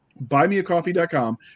BuymeaCoffee.com